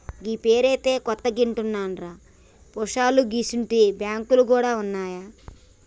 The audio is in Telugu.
గీ పేరైతే కొత్తగింటన్నరా పోశాలూ గిసుంటి బాంకులు గూడ ఉన్నాయా